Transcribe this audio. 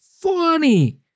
funny